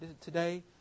today